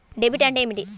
Debit అంటే ఏమిటి?